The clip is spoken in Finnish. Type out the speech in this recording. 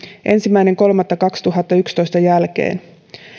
ensimmäinen kolmatta kaksituhattayksitoista jälkeen